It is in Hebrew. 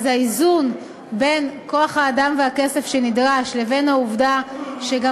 אז האיזון בין כוח-האדם והכסף שנדרש לבין העובדה שגם